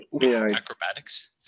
Acrobatics